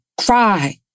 cry